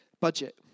budget